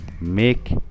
make